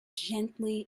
gently